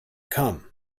come